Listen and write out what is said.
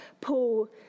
Paul